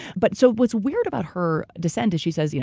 but so what's weird about her dissent is she says, you know